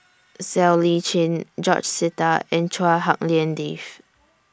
Siow Lee Chin George Sita and Chua Hak Lien Dave